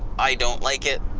i don't like it,